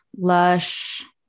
lush